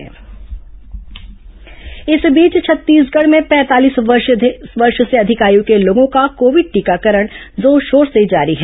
Covid टीकाकरण इस बीच छत्तीसगढ़ में पैंतालीस वर्ष से अधिक आयू के लोगों का कोविड टीकाकरण जोरशोर से जारी है